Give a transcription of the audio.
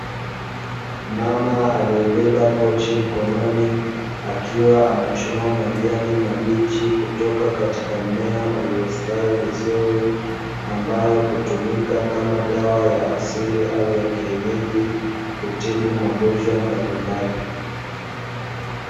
Mama aliyebeba pochi mkononi akiwa anachuma majani mabichi kutoka katika mmea uliostawi vizuri, ambayo hutumika kama dawa ya asili au ya kienyeji kutibu magonjwa mbalimbali.